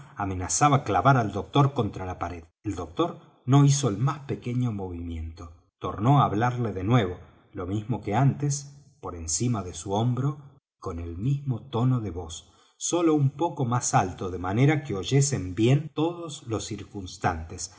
amenazaba clavar al doctor contra la pared el doctor no hizo el más pequeño movimiento tornó á hablarle de nuevo lo mismo que antes por encima de su hombro y con el mismo tono de voz solo un poco más alto de manera que oyesen bien todos los circunstantes